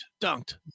Dunked